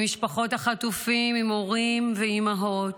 עם משפחות החטופים, עם הורים ואימהות.